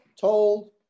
told